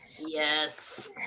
Yes